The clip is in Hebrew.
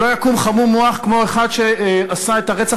שלא יקום חמום מוח כמו האחד שעשה את הרצח